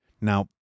Now